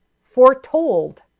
foretold